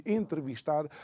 entrevistar